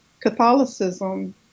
Catholicism